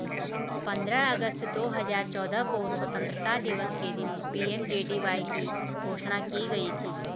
पंद्रह अगस्त दो हजार चौदह को स्वतंत्रता दिवस के दिन पी.एम.जे.डी.वाई की घोषणा की गई थी